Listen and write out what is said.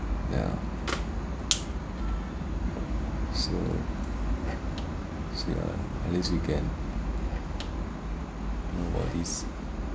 yeah so so yeah at least we can know about this